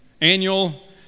annual